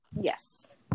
yes